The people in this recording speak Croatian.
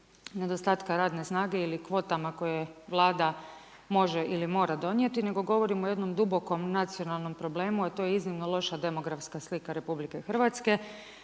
nedostatku radne snage ili kvotama koje Vlada može ili mora donijeti, nego govorimo o jednom dubokom nacionalnom problemu, a to je iznimno loša demografska slika RH koja se